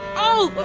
oh!